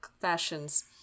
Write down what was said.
fashions